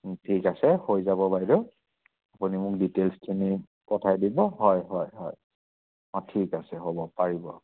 ঠিক আছে হৈ যাব বাইদ' আপুনি মোক ডিটেইলছখিনি পঠাই দিব হয় হয় হয় অ' ঠিক আছে হ'ব পাৰিব